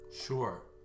Sure